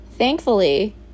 thankfully